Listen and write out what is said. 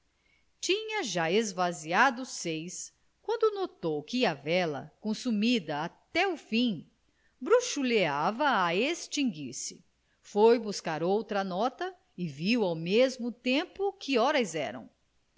tinha já esvaziado seis quando notou que a vela consumida até o fim bruxuleava a extinguir-se foi buscar outra nova e viu ao mesmo tempo que horas eram